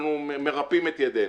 אנחנו מרפים את ידינו.